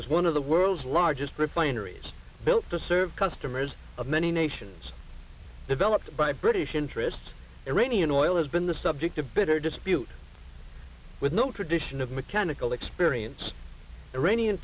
as one of the world's largest refineries built to serve customers of many nations developed by british interests iranian oil has been the subject of bitter dispute with no tradition of mechanical experience iranian